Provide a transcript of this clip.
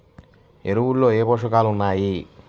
ఎరువులలో ఏ పోషకాలు ఉన్నాయి?